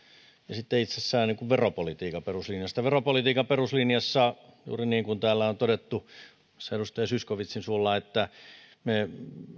sitten itsessään veropolitiikan peruslinjasta veropolitiikan peruslinjassa juuri niin kuin täällä on todettu muun muassa edustaja zyskowiczin suulla me